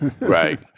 right